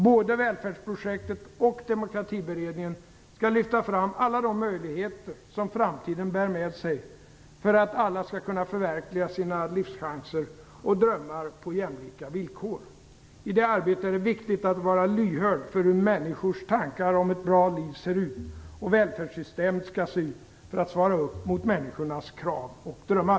Både Välfärdsprojektet och Demokratiberedningen skall lyfta fram alla de möjligheter som framtiden bär med sig för att alla skall kunna förverkliga sina livschanser och drömmar på jämlika villkor. I det arbetet är det viktigt att vara lyhörd för hur människors tankar om ett bra liv ser ut och hur välfärdssystemet skall se ut för att svara upp mot människornas krav och drömmar.